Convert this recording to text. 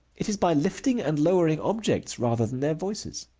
it is by lifting and lowering objects rather than their voices.